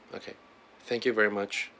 okay thank you very much